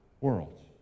world